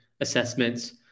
assessments